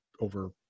over